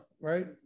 right